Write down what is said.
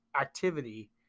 activity